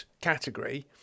category